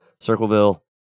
Circleville